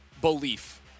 belief